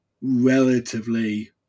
relatively